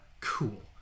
cool